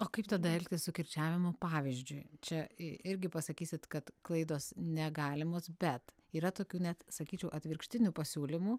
o kaip tada elgtis su kirčiavimu pavyzdžiui čia i irgi pasakysit kad klaidos negalimos bet yra tokių net sakyčiau atvirkštinių pasiūlymų